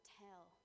tell